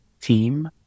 team